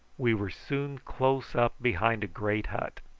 we were soon close up behind a great hut.